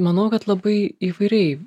manau kad labai įvairiai